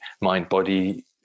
mind-body